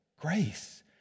grace